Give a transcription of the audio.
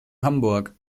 hamburg